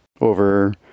over